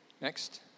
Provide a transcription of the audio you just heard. Next